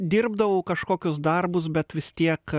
dirbdavau kažkokius darbus bet vis tiek